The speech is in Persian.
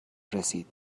رسید